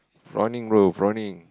prawning bro prawning